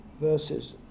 verses